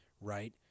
right